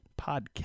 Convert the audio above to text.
Podcast